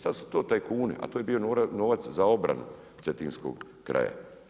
Sad su to tajkuni, a to je bio novac za obranu cetinskog kraja.